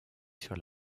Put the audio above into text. sur